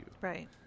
Right